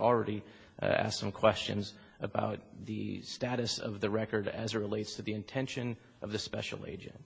already asked some questions about the status of the record as relates to the intention of the special agent